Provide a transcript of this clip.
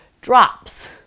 drops